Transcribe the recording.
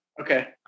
Okay